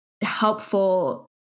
helpful